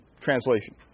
translation